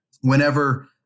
whenever